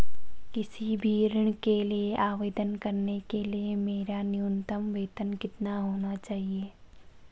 किसी भी ऋण के आवेदन करने के लिए मेरा न्यूनतम वेतन कितना होना चाहिए?